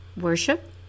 Worship